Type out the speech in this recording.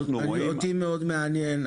אותי מאוד מעניין,